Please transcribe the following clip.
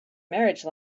marriage